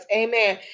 amen